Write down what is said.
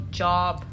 job